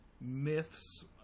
myths